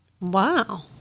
Wow